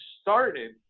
started